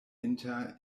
inter